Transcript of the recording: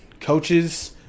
coaches